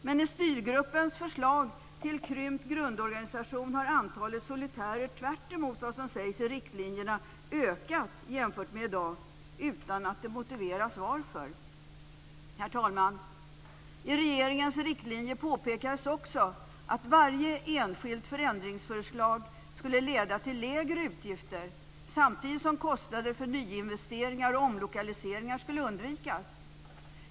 Men i styrgruppens förslag till krympt grundorganisation har antalet solitärer - tvärtemot vad som sägs i riktlinjerna - ökat jämfört med i dag, utan att det motiveras varför. Herr talman! I regeringens riktlinjer påpekades också att varje enskilt förändringsförslag skulle leda till lägre utgifter samtidigt som kostnader för nyinvesteringar och omlokaliseringar skulle undvikas.